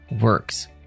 works